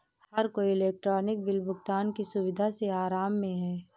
हर कोई electronic bill भुगतान की सुविधा से आराम में है